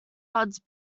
odds